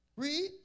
Read